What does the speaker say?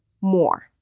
more